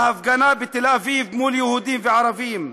בהפגנה בתל-אביב מול יהודים וערבים.